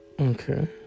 Okay